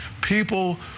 people